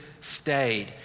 stayed